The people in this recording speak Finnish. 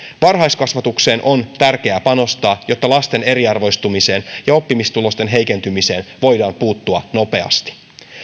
varhaiskasvatukseen on tärkeää panostaa jotta lasten eriarvoistumiseen ja oppimistulosten heikentymiseen voidaan puuttua nopeasti